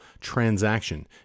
transaction